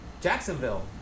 Jacksonville